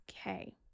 okay